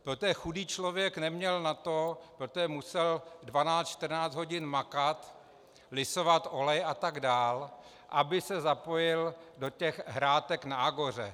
Protože chudý člověk neměl na to, protože musel dvanáct čtrnáct hodin makat, lisovat olej a tak dál, aby se zapojil do těch hrátek na agoře.